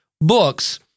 books